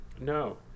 No